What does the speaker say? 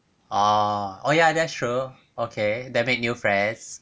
uh oh ya that's true okay then make new friends